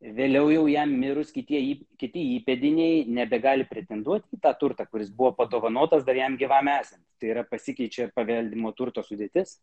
vėliau jau jam mirus kitiems kaip kiti įpėdiniai nebegali pretenduoti į tą turtą kuris buvo padovanotas dar jam gyvam esant tai yra pasikeičia paveldimo turto sudėtis